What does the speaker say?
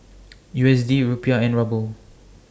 U S D Rupiah and Ruble